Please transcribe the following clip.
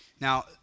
Now